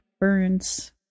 Burns